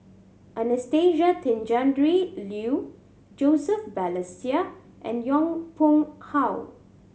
Anastasia Tjendri Liew Joseph Balestier and Yong Pung How